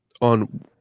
On